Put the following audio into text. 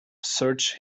searched